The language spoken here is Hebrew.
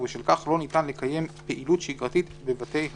ובשל כך לא ניתן לקיים פעילות שגרתית בבתי הדין,"